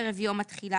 ערב יום התחילה,